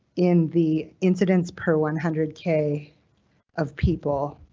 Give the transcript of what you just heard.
in the incidents per one hundred k of people.